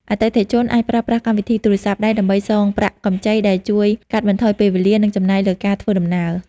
អតិថិជនអាចប្រើប្រាស់កម្មវិធីទូរស័ព្ទដៃដើម្បីសងប្រាក់កម្ចី ដែលជួយកាត់បន្ថយពេលវេលា និងចំណាយលើការធ្វើដំណើរ។